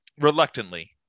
reluctantly